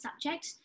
subject